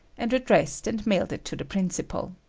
and addressed and mailed it to the principal.